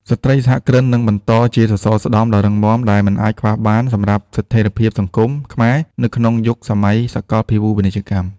ស្ត្រីសហគ្រិននឹងបន្តជាសសរស្តម្ភដ៏រឹងមាំដែលមិនអាចខ្វះបានសម្រាប់ស្ថិរភាពសង្គមខ្មែរនៅក្នុងយុគសម័យសកលភាវូបនីយកម្ម។